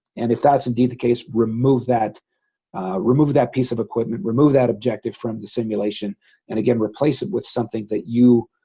and if that's indeed the case remove that ah remove that piece of equipment remove that objective from the simulation and again, replace it with something that you